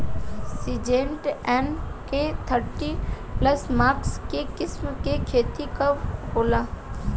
Syngenta NK thirty plus मक्का के किस्म के खेती कब होला?